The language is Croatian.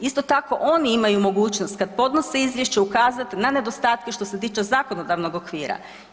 Isto tako oni imaju mogućnost kad podnose izvješće ukazati na nedostatke što se tiče zakonodavnog okvira.